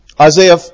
Isaiah